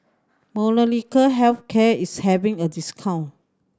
Molnylcke Health Care is having a discount